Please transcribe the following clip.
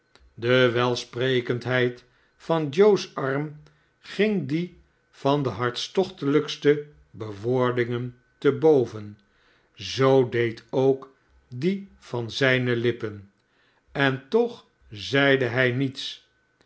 de welsprekendheid van joes arm ging die van de hartstochtelijkste bewoordingen te boven zoo deed ook die van zijne lippen en toch zeide hij niets